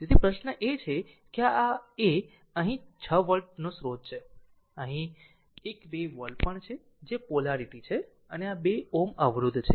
તેથી પ્રશ્ન એ છે કે આ a અહીં r 6 વોલ્ટનો સ્રોત છે અહીં 1 2 વોલ્ટ પણ છે જે પોલારીટી છે અને આ 2 Ω અવરોધ છે